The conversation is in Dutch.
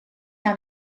naar